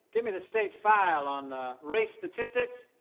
give me the state file on race statistics.